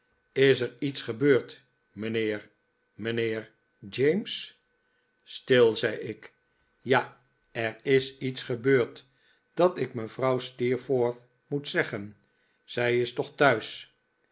is er iets gebeurd mijnheer mijnheer james stil zei ik ja er is iets gebeurd dat ik mevrouw steerforth moet zeggen zij is toch thuis